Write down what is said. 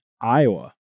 Iowa